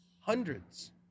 Hundreds